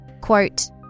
quote